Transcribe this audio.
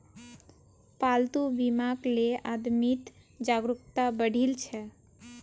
पालतू बीमाक ले आदमीत जागरूकता बढ़ील छ